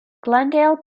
glendale